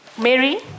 Mary